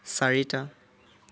চাৰিটা